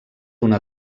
una